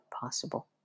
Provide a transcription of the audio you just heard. possible